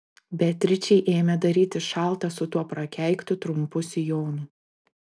beatričei ėmė darytis šalta su tuo prakeiktu trumpu sijonu